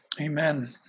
Amen